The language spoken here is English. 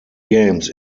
games